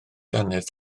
dannedd